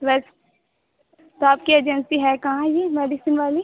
वैस तो आपकी एजेन्सी है कहाँ ये मेडिसिन वाली